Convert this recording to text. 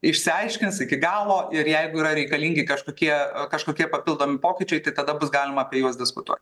išsiaiškins iki galo ir jeigu yra reikalingi kažkokie kažkokie papildomi pokyčiai tai tada bus galima apie juos diskutuot